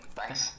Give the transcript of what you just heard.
Thanks